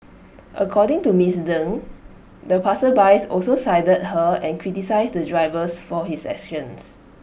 according to miss Deng the passersby also sided her and criticised the drivers for his actions